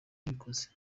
yabikoze